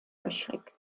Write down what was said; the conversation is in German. löchrig